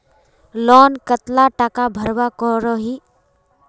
Loan कतला टाका भरवा करोही?